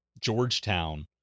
Georgetown